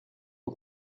for